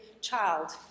child